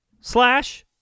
slash